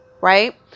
Right